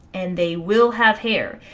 and they will have hair.